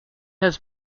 has